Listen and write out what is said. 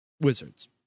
wizards